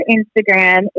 Instagram